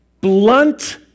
blunt